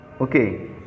Okay